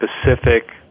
specific